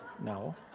no